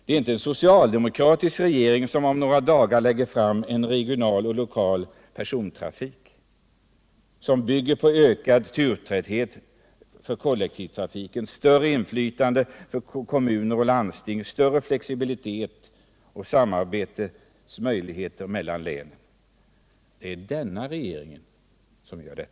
Det är inte en socialdemokratisk regering som om några dagar lägger fram förslag om en regional och lokal persontrafik, som bygger på ökad turtäthet för kollektivtrafiken, inflytande för kommuner och landsting, större flexibilitet och samarbetsmöjligheter mellan länen. Det är denna regering som gör det.